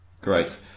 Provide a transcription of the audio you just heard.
Great